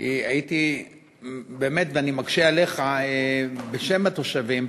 כי הייתי באמת, ואני מקשה עליך, בשם התושבים,